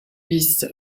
bis